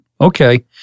Okay